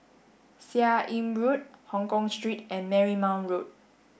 Seah Im Road Hongkong Street and Marymount Road